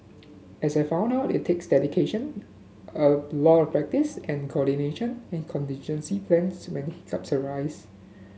as I found out it takes dedication a lot of practice and coordination and contingency plans when hiccups arise